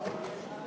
סעיף